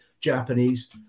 Japanese